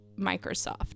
Microsoft